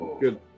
Good